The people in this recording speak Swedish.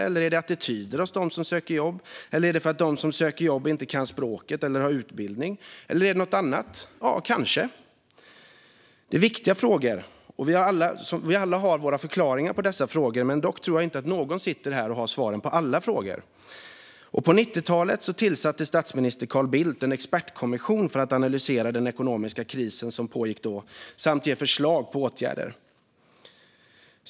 Eller handlar det om attityder hos dem som söker jobb, eller är det för att de som söker jobb inte kan språket eller inte har utbildning eller beror det på någonting annat? Ja, kanske är det så. Det är viktiga frågor, och vi har alla våra förklaringar till dem. Dock tror jag inte att någon sitter här och har svaren på alla frågor. På 90-talet tillsatte statsminister Carl Bildt en expertkommission för att analysera den ekonomiska kris som då pågick samt ge förslag på åtgärder.